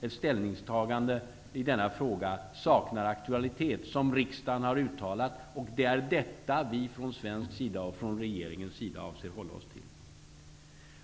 Ett ställningstagande i denna fråga saknar aktualitet, som riksdagen har uttalat, och det är detta som vi från svensk sida och från regeringens sida avser att hålla oss till.